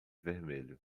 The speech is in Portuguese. vermelho